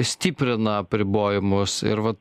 stiprina apribojimus ir vat